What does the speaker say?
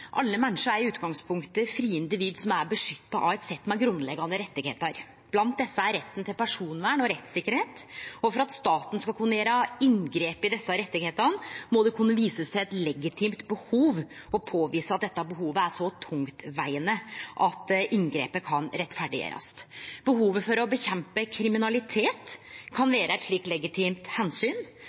Alle menneske er i utgangspunktet frie individ som er beskytta av eit sett med grunnleggjande rettar. Blant dei er retten til personvern og rettssikkerheit. For at staten skal kunne gjere inngrep i desse rettane, må det kunne visast til eit legitimt behov og påvisast at dette behovet er så tungtvegande at inngrepet kan rettferdiggjerast. Behovet for å nedkjempe kriminalitet kan vere eit slikt legitimt